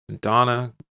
Donna